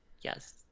Yes